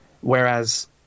Whereas